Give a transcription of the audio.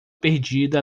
perdida